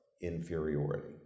inferiority